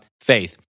faith